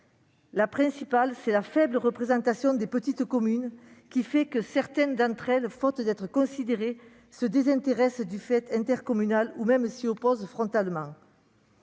La principale est la faible représentation des petites communes, qui fait que certaines d'entre elles, faute d'être considérées, se désintéressent du fait intercommunal, voire s'y opposent frontalement.